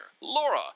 Laura